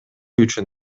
үчүн